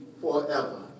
forever